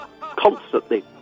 constantly